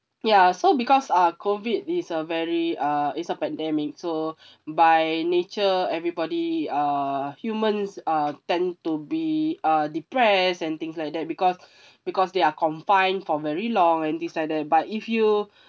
ya so because uh COVID is a very uh is a pandemic so by nature everybody uh humans uh tend to be uh depressed and things like that because because they are confined for very long and things like that but if you